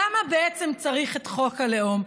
למה בעצם צריך את חוק הלאום.